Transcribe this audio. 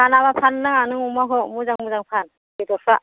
फानाबा फाननो नाङा नों अमाखौ मोजां मोजां फान बेदरफ्रा